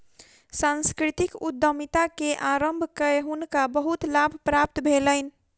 सांस्कृतिक उद्यमिता के आरम्भ कय हुनका बहुत लाभ प्राप्त भेलैन